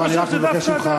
אני רק מבקש ממך,